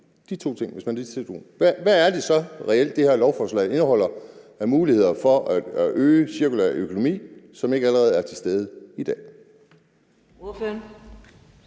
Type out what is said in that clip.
hvad er det så reelt, det her lovforslag indeholder af muligheder for at øge den cirkulære økonomi, som ikke allerede er til stede i dag?